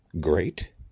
great